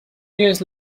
years